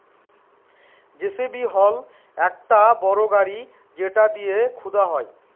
JCB হল একটা বড় গাড়ি যেটা দিয়ে খুদা হয়